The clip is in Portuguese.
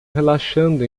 relaxando